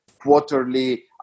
quarterly